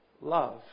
love